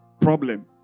problem